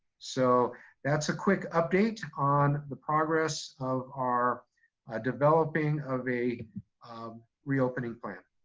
so that's a quick update on the progress of our ah developing of a um reopening plan.